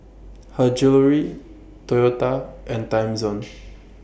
Her Jewellery Toyota and Timezone